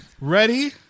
Ready